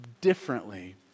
differently